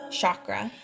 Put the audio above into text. chakra